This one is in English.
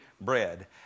bread